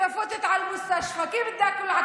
אם אני איכנס לבית החולים,